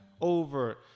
Over